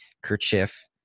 kerchief